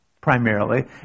primarily